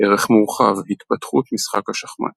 ערך מורחב – התפתחות משחק השחמט